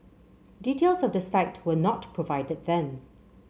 details of the site were not provided then